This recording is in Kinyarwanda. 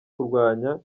kurwanya